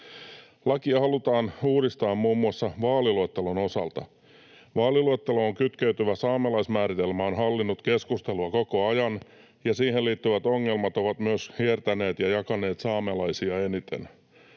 Lakia halutaan uudistaa muun muassa vaaliluettelon osalta. Vaaliluetteloon kytkeytyvä saamelaismääritelmä on hallinnut keskustelua koko ajan, ja siihen liittyvät ongelmat ovat myös hiertäneet ja jakaneet saamelaisia eniten.